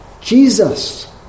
Jesus